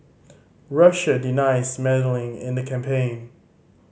Russia denies meddling in the campaign